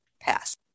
Pass